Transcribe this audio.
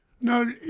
No